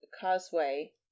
causeway